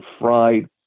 fried